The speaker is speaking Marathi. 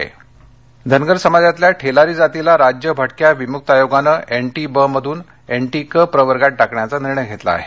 धनगर आरक्षण धळे धनगर समाजातल्या ठेलारी जातीला राज्य भटक्या विमूक्त आयोगानं एनटी ब मधून एनटी क प्रवर्गात टाकण्याचा निर्णय घेतला आहे